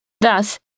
Thus